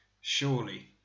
Surely